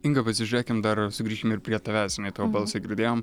inga pasižiūrėkim dar sugrįškim ir prie tavęs tavo balsą girdėjom tavo balsą girdėjom